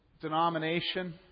denomination